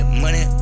money